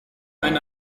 einen